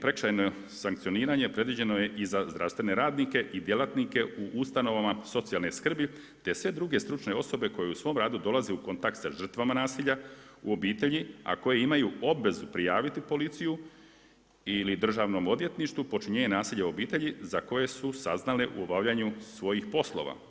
Prekršajno sankcioniranje predviđeno je i za zdravstvene radnike i djelatnike u ustanovama socijalne skrbi te sve druge stručne osobe koje u svom radu dolaze u kontakt sa žrtvama nasilja u obitelji, a koje imaju obvezu prijaviti policiju ili državnom odvjetništvu počinjenje nasilja u obitelji za koje su saznale u obavljanju svojih poslova.